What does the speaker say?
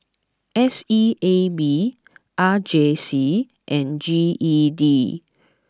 S E A B R J C and G E D